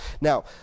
Now